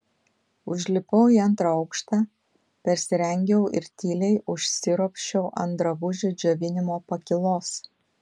užlipau į antrą aukštą persirengiau ir tyliai užsiropščiau ant drabužių džiovinimo pakylos